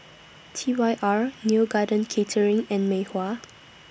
T Y R Neo Garden Catering and Mei Hua